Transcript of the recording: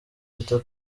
leta